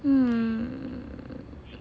hmm